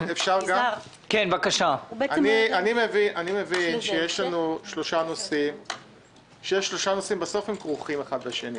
אני מבין שיש לנו שלושה נושאים שבסוף כרוכים זה בזה.